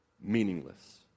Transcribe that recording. meaningless